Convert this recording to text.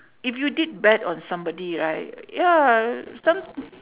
if you did bad on somebody right ya some